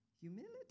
humility